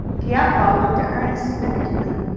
the outlaw looked at ernest significantly.